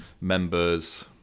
members